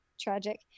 Tragic